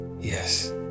yes